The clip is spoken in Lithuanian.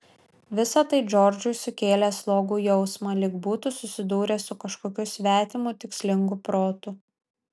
visa tai džordžui sukėlė slogų jausmą lyg būtų susidūręs su kažkokiu svetimu tikslingu protu